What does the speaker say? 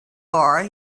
bar